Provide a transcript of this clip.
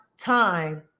time